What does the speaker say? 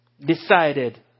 decided